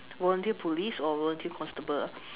volunteer police or volunteer constable